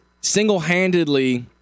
single-handedly